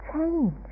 change